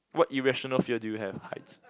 what irrational fear do you have heights